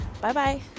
Bye-bye